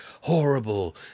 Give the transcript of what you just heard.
horrible